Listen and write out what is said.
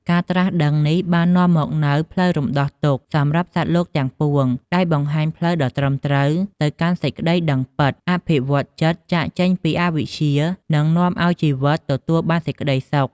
ការត្រាស់ដឹងនេះបាននាំមកនូវផ្លូវរំដោះទុក្ខសម្រាប់សត្វលោកទាំងពួង ដោយបង្ហាញផ្លូវដ៏ត្រឹមត្រូវទៅកាន់សេចក្ដីដឹងពិត អភិវឌ្ឍន៍ចិត្ត ចាកចេញពីអវិជ្ជា និងនាំឲ្យជីវិតទទួលបានសេចក្ដីសុខ។